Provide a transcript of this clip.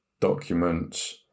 documents